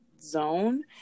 zone